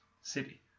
City